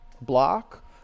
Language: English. block